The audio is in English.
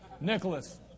Nicholas